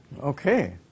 Okay